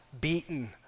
beaten